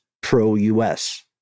pro-US